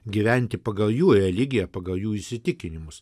gyventi pagal jų religiją pagal jų įsitikinimus